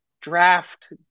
draft